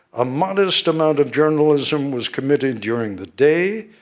a modest amount of journalism was committed during the day.